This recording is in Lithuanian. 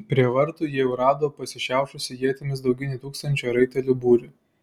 prie vartų jie jau rado pasišiaušusį ietimis daugiau nei tūkstančio raitelių būrį